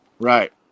Right